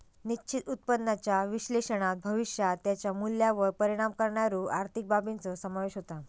निश्चित उत्पन्नाच्या विश्लेषणात भविष्यात त्याच्या मूल्यावर परिणाम करणाऱ्यो आर्थिक बाबींचो समावेश होता